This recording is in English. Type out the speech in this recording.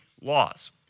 laws